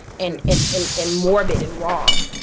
and and and and morbid and wrong.